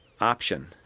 option